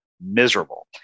miserable